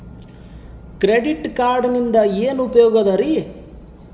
Credit ಕಾರ್ಡಿನಿಂದ ಏನು ಉಪಯೋಗದರಿ?